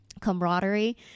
camaraderie